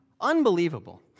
Unbelievable